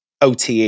OTE